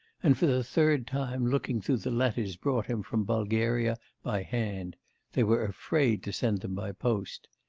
and for the third time looking through the letters brought him from bulgaria by hand they were afraid to send them by post.